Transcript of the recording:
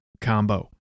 combo